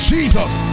Jesus